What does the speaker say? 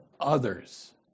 others